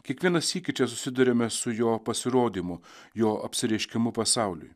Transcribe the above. kiekvieną sykį čia susiduriame su jo pasirodymu jo apsireiškimu pasauliui